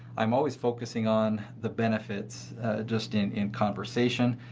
i'm always focusing on the benefits just in in conversation.